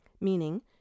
Meaning